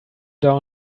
down